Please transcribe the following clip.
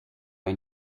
hij